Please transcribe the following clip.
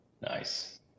nice